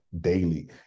daily